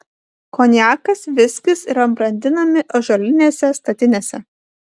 konjakas viskis yra brandinami ąžuolinėse statinėse